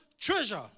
treasure